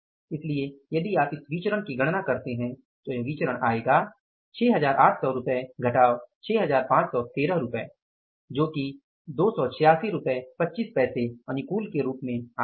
इसलिए यदि आप इस विचरण की गणना करते हैं तो यह विचरण आएगा 6800 रुपये घटाव 6513 जो 28625 अनुकूल है